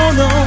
no